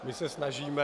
My se snažíme...